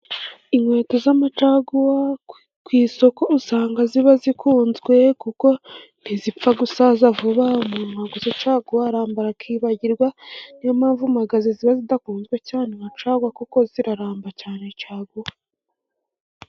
Inkweto z'amacaguwa ku isoko usanga ziba zikunzwe, kuko ntizipfa gusaza vuba umuntu waguze caguwa, arambara akibagirwa niyo mpamvu magaze, ziba zidakunzwe cyane nka caguwa kuko ziraramba cyane caguwa.